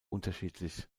unterschiedlich